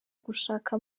gushaka